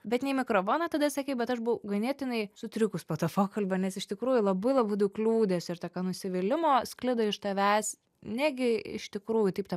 bet ne į mikrofoną tada sakei bet aš buvau ganėtinai sutrikus po to pokalbio nes iš tikrųjų labai labai daug liūdesio ir tokio nusivylimo sklido iš tavęs negi iš tikrųjų taip ta